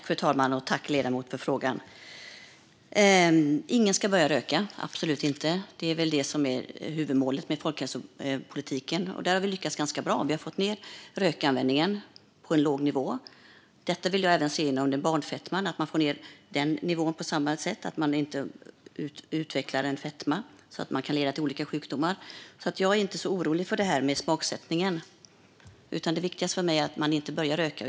Fru talman! Jag tackar ledamoten för frågan. Ingen ska börja röka, absolut inte. Det är huvudmålet för folkhälsopolitiken, och där har vi lyckats ganska bra. Vi har fått ned rökningen på en låg nivå. Jag vill att vi även får ned barnfetman på den nivån; om barnen utvecklar fetma kan det leda till olika sjukdomar. Jag är inte så orolig för det här med smaksättningen. Det viktigaste för mig är att man inte börjar röka.